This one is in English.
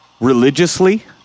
religiously